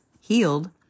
healed